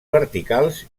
verticals